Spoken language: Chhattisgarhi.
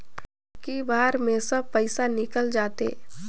इक्की बार मे सब पइसा निकल जाते?